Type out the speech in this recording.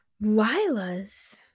lilas